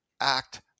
act